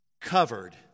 covered